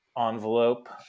envelope